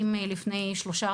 אם לפני שלושה,